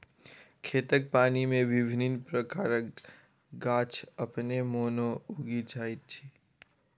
खेतक पानि मे विभिन्न प्रकारक गाछ अपने मोने उगि जाइत छै